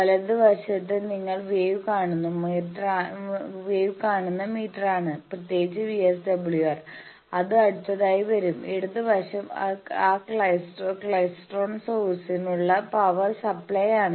വലത് വശത്തെത് നിങ്ങൾ വേവ് കാണുന്ന മീറ്ററാണ് പ്രത്യേകിച്ച് VSWR അത് അടുത്തതായി വരും ഇടത് വശം ആ ക്ലൈസ്ട്രോൺ സോഴ്സിനുള്ള പവർ സപ്ലൈയാണ്